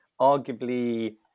arguably